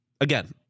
again